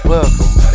Welcome